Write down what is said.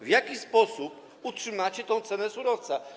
W jaki sposób utrzymacie tą cenę surowca?